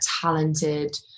talented